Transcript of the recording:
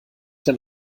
dann